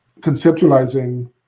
conceptualizing